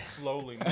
slowly